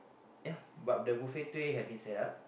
yeah but the buffet tray had been set up